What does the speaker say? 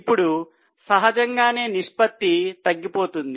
ఇప్పుడు సహజంగానే నిష్పత్తి తగ్గిపోయింది